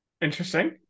Interesting